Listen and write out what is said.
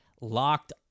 LOCKED